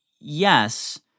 yes